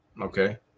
Okay